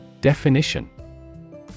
Definition